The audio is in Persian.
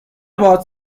باهات